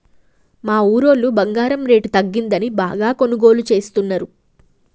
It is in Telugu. మా ఊరోళ్ళు బంగారం రేటు తగ్గిందని బాగా కొనుగోలు చేస్తున్నరు